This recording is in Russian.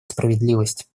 справедливость